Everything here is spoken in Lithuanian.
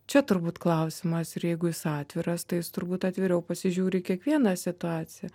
čia turbūt klausimas ir jeigu jis atviras tai jis turbūt atviriau pasižiūri į kiekvieną situaciją